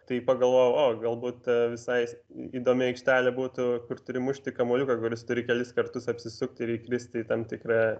tai pagalvojau o galbūt visai įdomi aikštelė būtų kur turi mušti kamuoliuką kuris turi kelis kartus apsisukti ir įkristi į tam tikrą